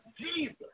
Jesus